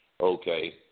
Okay